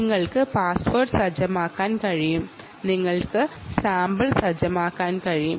നിങ്ങൾക്ക് പാസ്വേഡും സാമ്പിളും സജ്ജമാക്കാൻ കഴിയും